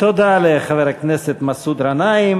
(קורע את הצעת החוק) תודה לחבר הכנסת מסעוד גנאים.